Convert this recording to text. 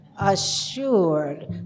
assured